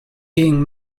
being